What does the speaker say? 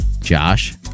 Josh